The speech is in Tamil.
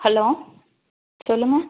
ஹலோ சொல்லுங்கள்